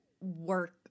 work